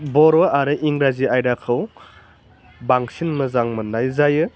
बर' आरो इंराजी आयदाखौ बांसिन मोजां मोन्नाय जायो